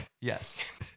Yes